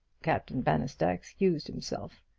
captain bannister excused himself.